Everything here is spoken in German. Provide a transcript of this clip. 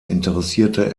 interessierte